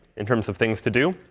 in terms of things to do.